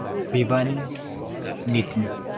Vibhan Nitin